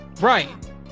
right